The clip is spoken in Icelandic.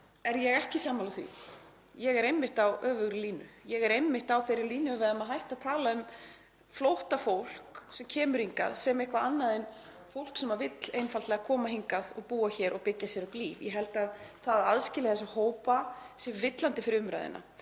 er ég ekki sammála því, ég er einmitt á öfugri línu. Ég er á þeirri línu að við eigum að hætta að tala um flóttafólk sem kemur hingað sem eitthvað annað en fólk sem vill einfaldlega koma hingað og búa hér og byggja sér upp líf. Ég held að það að aðskilja þessa hópa sé villandi fyrir umræðuna.